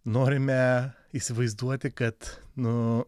norime įsivaizduoti kad nu